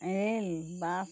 L bus